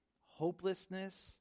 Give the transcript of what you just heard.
hopelessness